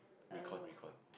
recon recon